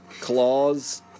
claws